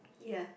ya